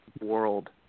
world